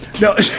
No